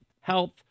Health